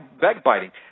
backbiting